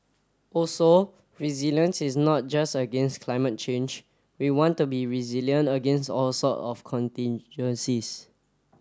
also resilience is not just against climate change we want to be resilient against all sort of contingencies